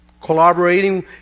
collaborating